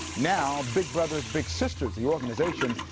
now, big brothers big sisters, the organization,